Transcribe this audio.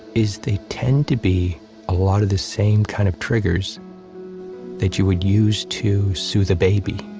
is they tend to be a lot of the same kind of triggers that you would use to soothe the baby.